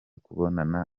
kubonana